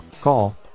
Call